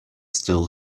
still